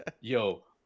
yo